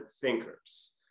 thinkers